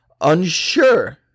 Unsure